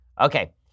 Okay